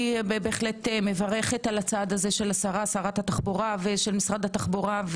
אני בהחלט מברכת על הצעד הזה של שרת התחבורה ושל משרד התחבורה,